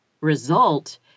result